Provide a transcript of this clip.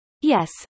Yes